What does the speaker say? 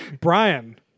Brian